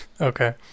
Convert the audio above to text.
Okay